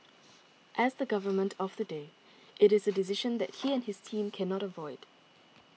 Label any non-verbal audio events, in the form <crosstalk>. as the Government of the day it is a decision that <noise> he and his team cannot avoid